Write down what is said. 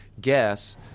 guess